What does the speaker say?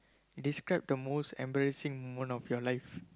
describe the most embarrassing moment of your life